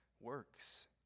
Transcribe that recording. works